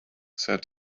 said